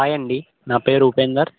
hi అండి నా పేరు ఉపేందర్